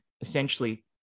essentially